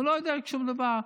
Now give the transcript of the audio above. הוא לא יודע שום דבר.